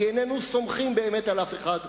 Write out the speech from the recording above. כי איננו סומכים באמת על אף אחד.